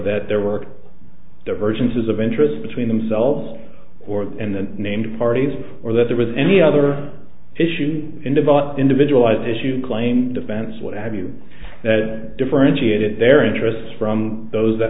that their work divergences of interest between themselves and the named parties or that there was any other issue in the vote individualized issue claim defense what have you that differentiated their interests from those that